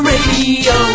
Radio